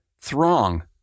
throng